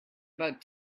about